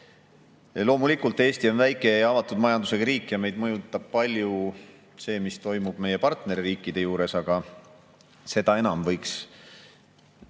Loomulikult, Eesti on väike ja avatud majandusega riik ning meid mõjutab palju see, mis toimub meie partnerriikide juures, aga seda enam võiks